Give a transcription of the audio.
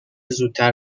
زودتر